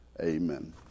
Amen